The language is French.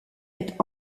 est